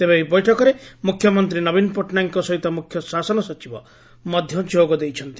ତେବେ ଏହି ବୈଠକରେ ମୁଖ୍ୟମନ୍ତୀ ନବୀନ ପଟ୍ଟନାୟକଙ୍କ ସହିତ ମୁଖ୍ୟ ଶାସନ ସଚିବ ମଧ ଯୋଗ ଦେଇଛନ୍ତି